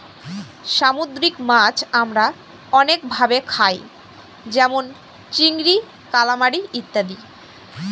সামুদ্রিক মাছ আমরা অনেক ভাবে খায় যেমন চিংড়ি, কালামারী ইত্যাদি